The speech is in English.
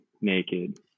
naked